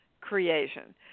creation